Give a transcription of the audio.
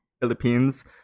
Philippines